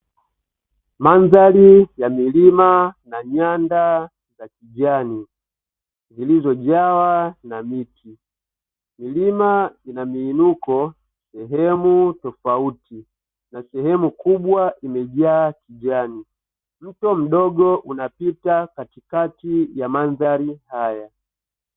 Mandhari ya milima na nyanda za kijani zilizojawa na miti, milima ina miinuko sehemu tofauti na sehemu kubwa imejaa kijani, mto mdogo unapita katikati ya mandhari haya.